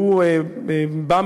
שהוא בא,